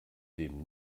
dem